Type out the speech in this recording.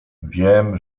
wiem